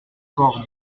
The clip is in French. corps